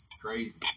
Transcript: Crazy